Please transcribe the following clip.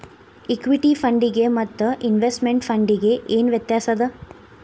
Equity ಫಂಡಿಗೆ ಮತ್ತ investment ಫಂಡಿಗೆ ಏನ್ ವ್ಯತ್ಯಾಸದ?